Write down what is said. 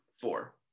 four